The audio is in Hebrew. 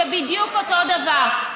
זה בדיוק אותו דבר.